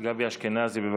גבי אשכנזי, בבקשה.